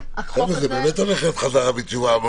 זה באמת הולך להיות חזרה בתשובה.